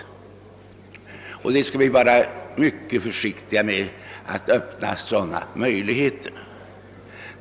Vi bör vara mycket försiktiga med att öppna sådana möjligheter.